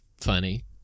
funny